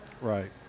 Right